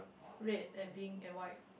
red and pink and white